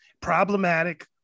problematic